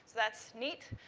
that's neat.